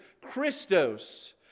Christos